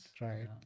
right